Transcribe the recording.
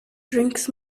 drinks